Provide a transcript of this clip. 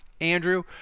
Andrew